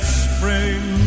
spring